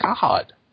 god